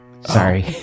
Sorry